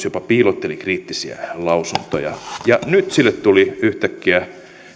jopa piilotteli kriittisiä lausuntoja ja nyt sille tuli yhtäkkiä